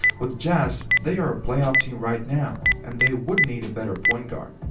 with jazz, they are a playoff team right now and they would need a better point guard.